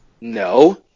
No